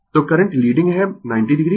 तो current leading है 90 o